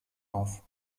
auf